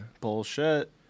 Bullshit